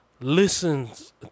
listens